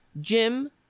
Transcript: Jim